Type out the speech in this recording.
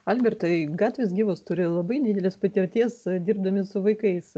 algirdai gatvės gyvos turi labai didelės patirties dirbdami su vaikais